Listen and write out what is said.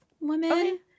women